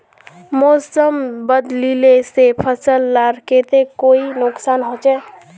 मौसम बदलिले से फसल लार केते कोई नुकसान होचए?